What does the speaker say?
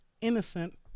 innocent